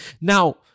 Now